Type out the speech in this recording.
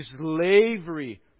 slavery